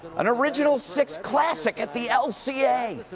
an original six classic at the lca.